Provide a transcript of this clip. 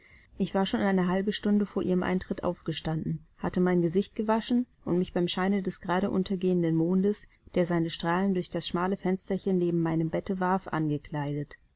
ich war schon eine halbe stunde vor ihrem eintritt aufgestanden hatte mein gesicht gewaschen und mich beim scheine des grade untergehenden mondes der seine strahlen durch das schmale fensterchen neben meinem bette warf angekleidet